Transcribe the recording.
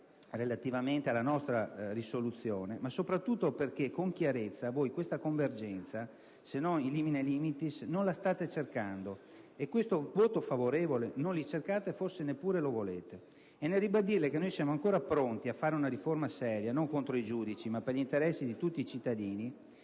relativamente alla nostra proposta di risoluzione - soprattutto perché con chiarezza voi questa convergenza, se non *in limine litis*, non la state cercando, e questo voto favorevole non lo cercate e forse neppure lo volete. E nel ribadirle che noi siamo ancora pronti a fare una riforma seria non contro i giudici ma per gli interessi di tutti i cittadini,